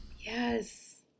Yes